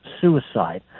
suicide